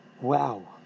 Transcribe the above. wow